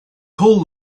call